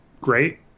great